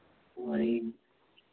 और यह